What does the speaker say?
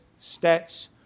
stats